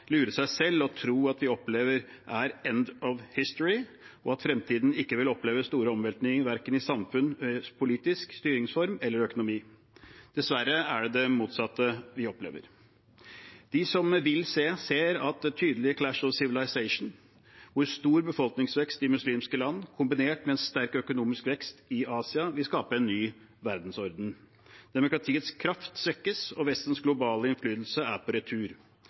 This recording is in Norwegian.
seg selv og tro at det vi opplever, er «end of history», og at fremtiden ikke vil oppleve store omveltninger, verken i samfunn, politisk, i styringsform eller i økonomi. Dessverre er det det motsatte vi opplever. De som vil se, ser tydelige «clash of civilizations», hvor stor befolkningsvekst i muslimske land kombinert med en sterk økonomisk vekst i Asia vil skape en ny verdensorden. Demokratiets kraft svekkes, og Vestens globale innflytelse er på retur.